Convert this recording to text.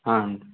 ஆ